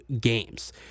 games